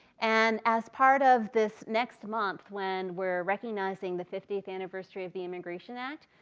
and as part of this next month when we're recognizing the fiftieth anniversary of the immigration act,